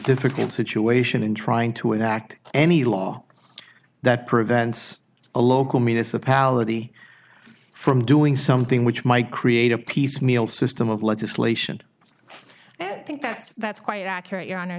difficult situation in trying to enact any law that prevents a local municipality from doing something which might create a piecemeal system of legislation and i think that's that's quite accurate your honor